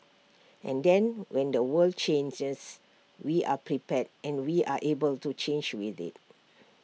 and then when the world changes we are prepared and we are able to change with IT